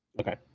Okay